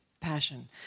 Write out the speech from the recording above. passion